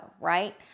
right